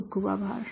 ખુબ ખુબ આભાર